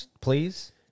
please